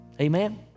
Amen